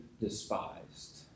despised